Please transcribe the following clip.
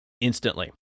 instantly